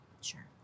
Sure